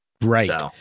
right